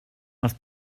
els